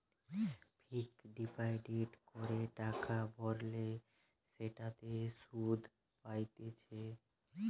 fixed deposit করে টাকা ভরলে সেটাতে সুধ পাইতেছে